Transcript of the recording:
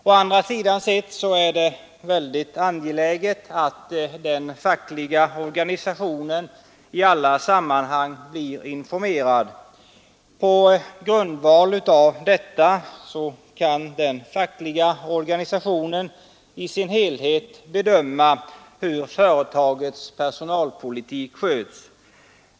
Å andra sidan sett är det angeläget att den fackliga organisationen i alla sammanhang blir informerad. På grundval av detta kan den fackliga organisationen i sin helhet bedöma hur företagets personalpolitik sköts.